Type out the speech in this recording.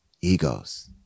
egos